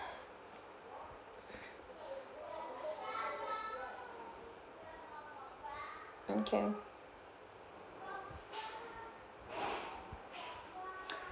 okay